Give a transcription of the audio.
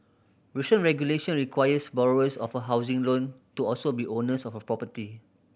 recent regulation requires borrowers of a housing loan to also be owners of a property